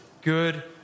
good